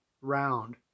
round